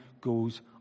goes